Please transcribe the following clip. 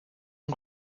and